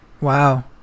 Wow